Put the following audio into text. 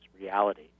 reality